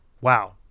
wow